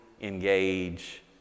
engage